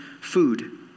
food